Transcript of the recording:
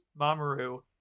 Mamoru